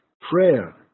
Prayer